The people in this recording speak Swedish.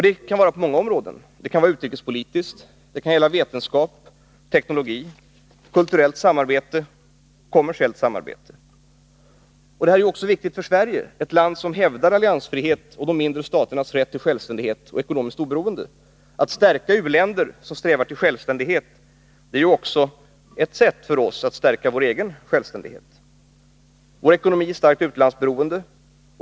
Det kan vara på många områden: utrikespolitik, vetenskap, teknologi, kulturellt samarbete och kommersiellt samarbete. Detta är också viktigt för Sverige, ett land som hävdar alliansfrihet och de mindre staternas rätt till självständighet och ekonomiskt oberoende. Att stärka utvecklingsländer som strävar efter självständighet är ju också ett sätt för oss att stärka vår egen självständighet. Vår ekonomi är starkt utlandsberoende.